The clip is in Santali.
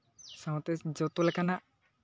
ᱥᱟᱶᱛᱮ ᱡᱚᱛᱚ ᱞᱮᱠᱟᱱᱟᱜ